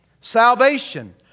Salvation